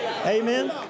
Amen